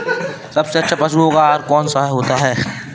सबसे अच्छा पशुओं का आहार कौन सा होता है?